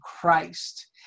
Christ